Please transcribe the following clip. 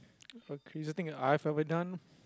a crazy thing that I have ever done